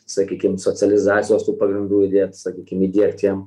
sakykim socializacijos tų pagrindų įdėt sakykim įdiegt jam